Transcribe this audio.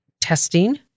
testing